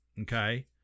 Okay